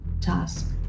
task